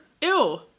Ew